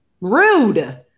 Rude